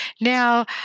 now